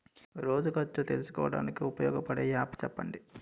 రోజు ఖర్చు తెలుసుకోవడానికి ఉపయోగపడే యాప్ చెప్పండీ?